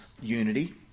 unity